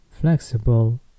flexible